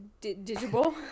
digital